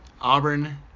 Auburn